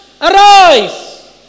arise